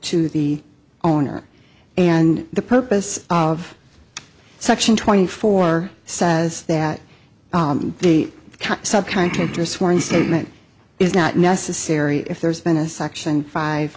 to the owner and the purpose of section twenty four says that the sub contractor sworn statement is not necessary if there's been a section five